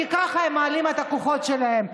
כי ככה הם מעלים את הכוחות שלהם.